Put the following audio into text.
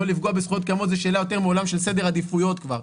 לא לפגוע בזכויות קיימות זו שאלה יותר מעולם של סדר עדיפויות כבר.